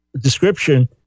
description